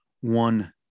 one